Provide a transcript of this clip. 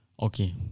Okay